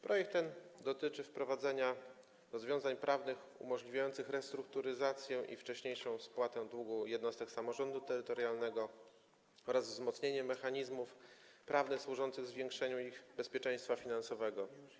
Projekt ten dotyczy wprowadzenia rozwiązań prawnych umożliwiających restrukturyzację i wcześniejszą spłatę długu jednostek samorządu terytorialnego oraz wzmocnienie mechanizmów prawnych służących zwiększeniu ich bezpieczeństwa finansowego.